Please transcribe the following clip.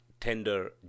tender